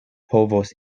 povos